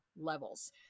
levels